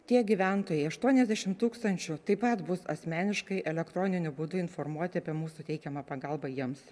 tie gyventojai aštuoniasdešim tūkstančių taip pat bus asmeniškai elektroniniu būdu informuoti apie mūsų teikiamą pagalbą jiems